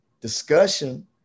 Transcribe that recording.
discussion